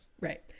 Right